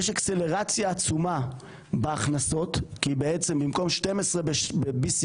יש אקסלרציה עצומה בהכנסות כי בעצם במקום BCM12